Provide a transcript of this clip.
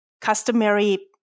customary